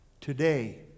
today